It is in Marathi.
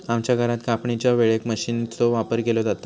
आमच्या घरात कापणीच्या वेळेक मशीनचो वापर केलो जाता